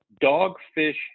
dogfish